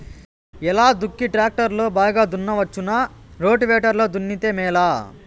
ఎలా దుక్కి టాక్టర్ లో బాగా దున్నవచ్చునా రోటివేటర్ లో దున్నితే మేలా?